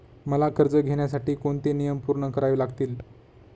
मला कर्ज घेण्यासाठी कोणते नियम पूर्ण करावे लागतील?